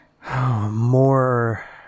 more